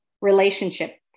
relationship